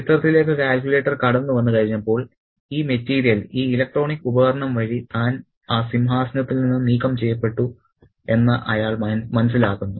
ചിത്രത്തിലേക്ക് കാൽക്കുലേറ്റർ കടന്ന് വന്ന് കഴിഞ്ഞപ്പോൾ ഈ മെറ്റീരിയൽ ഈ ഇലക്ട്രോണിക് ഉപകരണം വഴി താൻ ആ സിംഹാസനത്തിൽ നിന്ന് നീക്കം ചെയ്യപ്പെട്ടു എന്ന് അയാൾ മനസ്സിലാക്കുന്നു